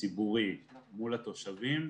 ציבורי מול התושבים.